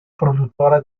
produttore